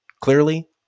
clearly